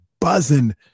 buzzing